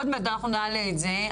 עוד מעט אנחנו נעלה את זה.